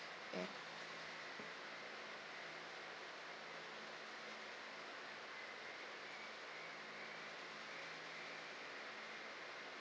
ya